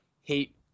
hate